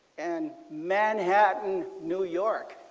and manhattan new york.